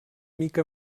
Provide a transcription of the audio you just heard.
mica